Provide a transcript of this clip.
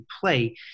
play